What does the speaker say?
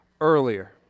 earlier